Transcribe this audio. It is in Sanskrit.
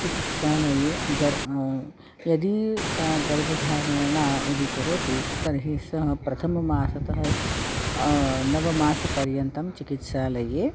चिकित्सालये गच्छ यदि सा गर्भधारणां यदि करोति तर्हि सा प्रथममासतः नवममासपर्यन्तं चिकित्सालये